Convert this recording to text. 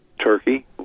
Turkey